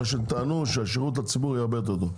הם טענו שהשירות לציבור יהיה הרבה יותר טוב.